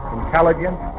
intelligence